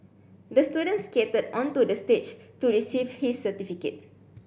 the student skated onto the stage to receive his certificate